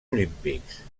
olímpics